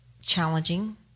challenging